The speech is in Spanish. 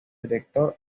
director